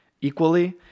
equally